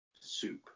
soup